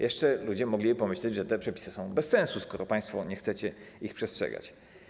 Jeszcze ludzie mogliby pomyśleć, że te przepisy są bez sensu, skoro państwo nie chcecie ich przestrzegać.